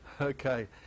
Okay